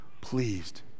pleased